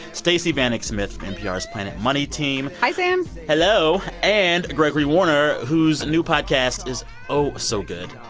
stacey vanek smith from npr's planet money team. hi, sam. hello. and gregory warner, whose new podcast is oh, so good.